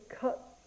cut